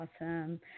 awesome